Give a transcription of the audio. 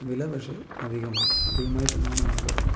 വില പക്ഷേ അധികമാണ് അധികമായി തന്നെയാണ് ഞാൻ കരുതുന്ന്